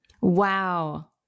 Wow